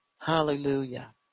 Hallelujah